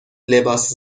لباس